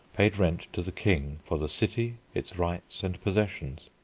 paid rent to the king for the city, its rights and possessions.